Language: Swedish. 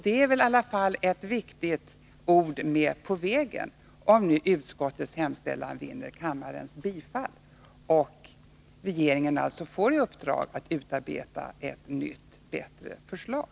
Det är väl i alla fall ett viktigt ord med på vägen, om nu utskottets hemställan vinner kammarens bifall och regeringen alltså får i uppdrag att utarbeta ett nytt och bättre förslag.